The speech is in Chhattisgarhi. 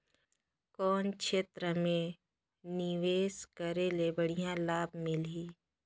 कौन क्षेत्र मे निवेश करे ले बढ़िया लाभ मिलही?